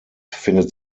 findet